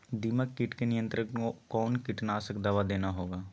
दीमक किट के नियंत्रण कौन कीटनाशक दवा देना होगा?